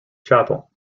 chapel